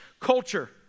culture